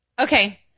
Okay